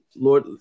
lord